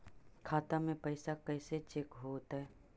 खाता में पैसा कैसे चेक हो तै?